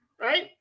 right